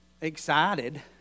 excited